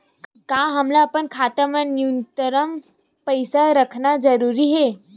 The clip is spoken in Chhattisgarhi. का हमला अपन खाता मा न्यूनतम पईसा रखना जरूरी हे?